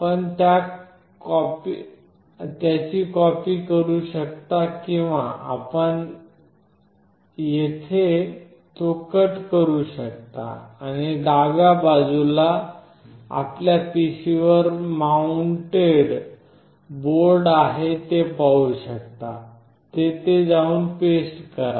आपण त्याची कॉपी करु शकता किंवा आपण येथून तो कट करू शकता आणि डाव्या बाजूला आपण पीसीवर माऊंटेड बोर्ड आहे हे पाहू शकता तेथे जाऊन आणि पेस्ट करा